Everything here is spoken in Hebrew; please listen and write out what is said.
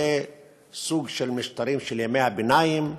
זה סוג משטרים של ימי הביניים,